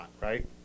right